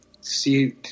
see